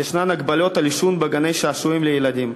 יש הגבלות על עישון בגני-שעשועים לילדים.